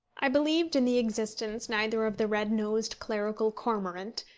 i believed in the existence neither of the red-nosed clerical cormorant,